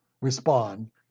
respond